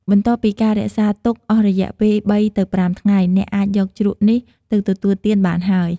បន្ទាប់ពីការរក្សាទុកអស់រយៈពេល ៣-៥ ថ្ងៃ អ្នកអាចយកជ្រក់នេះទៅទទួលទានបានហើយ។